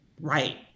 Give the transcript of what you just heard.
right